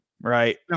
right